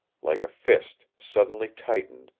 like a fist suddenly tightened,